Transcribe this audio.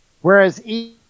whereas